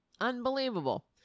unbelievable